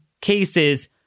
cases